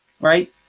Right